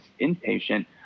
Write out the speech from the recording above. inpatient